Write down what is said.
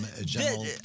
general